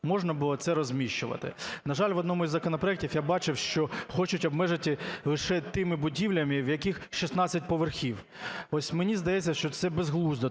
можна було це розміщувати. На жаль, в одному із законопроектів я бачив, що хочуть обмежити лише тими будівлями, в яких 16 поверхів. Мені здається, що це безглуздо.